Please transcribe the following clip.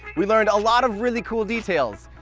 we learned a lot of really cool details.